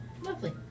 Lovely